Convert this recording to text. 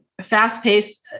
fast-paced